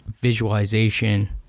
visualization